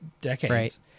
decades